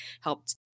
helped